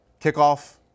Kickoff